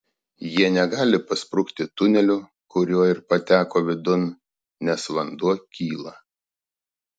jie negali pasprukti tuneliu kuriuo ir pateko vidun nes vanduo kyla